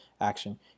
action